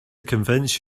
convince